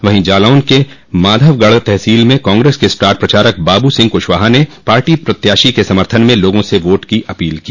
वहीं जालौन के माधवगढ़ तहसील में कांग्रेस के स्टार प्रचारक बाबूसिंह कुशवाहा ने पार्टी प्रत्याशी के समर्थन में लोगों से वोट की अपील की